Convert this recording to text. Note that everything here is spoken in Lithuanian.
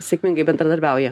sėkmingai bendradarbiauja